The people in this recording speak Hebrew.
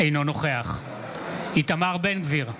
אינו נוכח איתמר בן גביר,